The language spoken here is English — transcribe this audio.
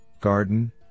GARDEN